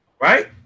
Right